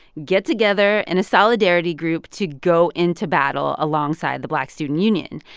get together in a solidarity group to go into battle alongside the black student union.